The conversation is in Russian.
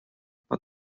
под